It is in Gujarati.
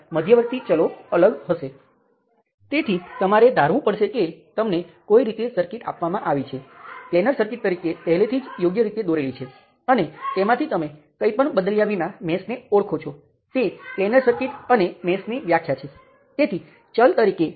તેથી તે માત્ર એટલું જ દર્શાવે છે અને ફરીથી તમે જોશો કે અહીં રેઝિસ્ટન્સ મેટ્રિક્સ હાઇબ્રિડ છે તે પ્રથમ બે હરોળમાં રેઝિસ્ટન્સના પરિમાણો સાથે અને ત્રીજી હરોળમાં પરિમાણરહિત માત્રાઓ સાથે બંને માત્રાઓ ધરાવે છે